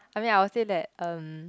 I mean I will say that um